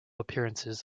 appearances